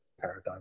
paradigm